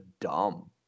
dumb